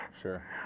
Sure